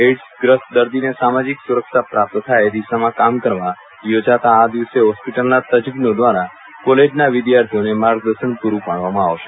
AIDS ગ્રસ્ત દર્દીને સામાજિક સુરક્ષા પ્રાપ્ત થાય એ દિશામાં કામ કરવા યોજાતા આ દિવસે હોસ્પીટલના તજજ્ઞો દ્વરા કોલેજના વિદ્યાર્થીઓને માર્ગદર્શન પૂરું પાડવામાં આવશે